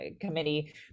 committee